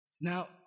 Now